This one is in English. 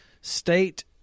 State